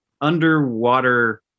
underwater